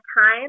time